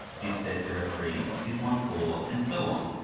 this says there are three, this one four, and so on.